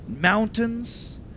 mountains